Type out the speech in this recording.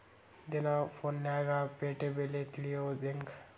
ದಿನಾ ಫೋನ್ಯಾಗ್ ಪೇಟೆ ಬೆಲೆ ತಿಳಿಯೋದ್ ಹೆಂಗ್?